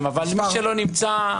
אבל מי שלא נמצא,